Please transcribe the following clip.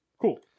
cool